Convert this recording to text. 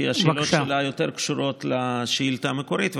כי השאלות שלה יותר קשורות לשאילתה המקורית,